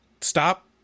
stop